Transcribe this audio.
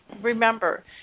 remember